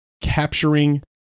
capturing